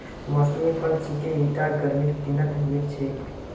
मौसमी फल छिके ईटा गर्मीर दिनत मिल छेक